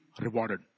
rewarded